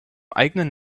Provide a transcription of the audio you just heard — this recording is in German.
eigenen